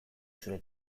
zure